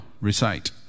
recite